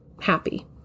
happy